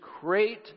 create